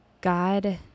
god